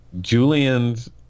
Julian's